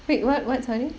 wait [what] [what] sorry